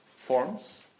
Forms